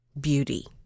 beauty